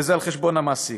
וזה על חשבון המעסיק.